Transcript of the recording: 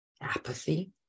apathy